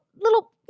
little